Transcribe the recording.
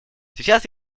сейчас